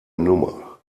nummer